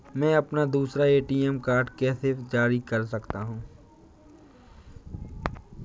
मैं अपना दूसरा ए.टी.एम कार्ड कैसे जारी कर सकता हूँ?